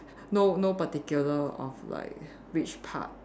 no no particular of like which part